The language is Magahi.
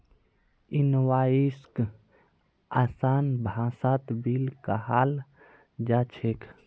इनवॉइसक आसान भाषात बिल कहाल जा छेक